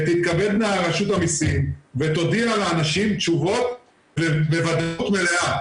תתכבד רשות המסים ותודיע לאנשים תשובות בוודאות מלאה.